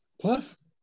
plus